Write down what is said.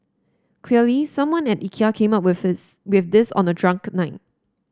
clearly someone at Ikea came up with his with this on a drunk night